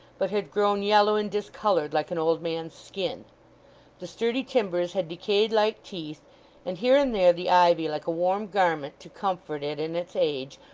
but had grown yellow and discoloured like an old man's skin the sturdy timbers had decayed like teeth and here and there the ivy, like a warm garment to comfort it in its age,